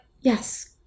yes